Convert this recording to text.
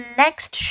next